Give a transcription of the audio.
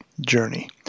journey